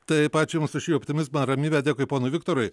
taip ačiū jums už šį optimizmą ramybę dėkui ponui viktorui